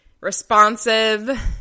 responsive